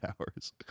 hours